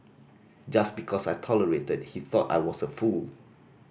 just because I tolerated he thought I was a fool